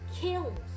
kills